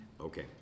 Okay